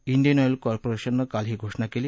Indian oil कॉर्पोरेशननं काल ही घोषणा केली